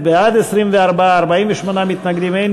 1 לא